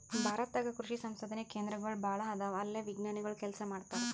ಭಾರತ ದಾಗ್ ಕೃಷಿ ಸಂಶೋಧನೆ ಕೇಂದ್ರಗೋಳ್ ಭಾಳ್ ಅದಾವ ಅಲ್ಲೇ ವಿಜ್ಞಾನಿಗೊಳ್ ಕೆಲಸ ಮಾಡ್ತಾರ್